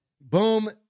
boom